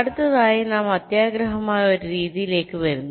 അടുത്തതായി നാം അത്യാഗ്രഹമായ ഒരു രീതിയിലേക്ക് വരുന്നു